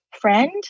friend